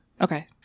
Okay